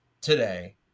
today